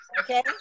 Okay